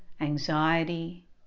anxiety